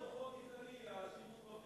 החוק הזה הוא חוק גזעני, על שימוש מפלה.